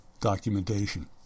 documentation